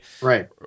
Right